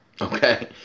Okay